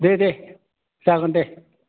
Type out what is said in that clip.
दे दे जागोन दे